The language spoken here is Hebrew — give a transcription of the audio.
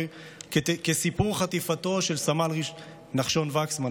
כסיפור חטיפתו של סמל נחשון וקסמן,